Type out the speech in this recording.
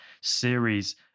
series